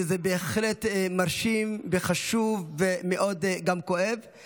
וזה בהחלט מרשים וחשוב וגם כואב מאוד.